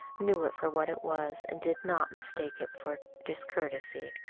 knew it for what it was and did not mistake it for discourtesy.